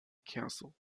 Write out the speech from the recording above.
castle